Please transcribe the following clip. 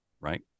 right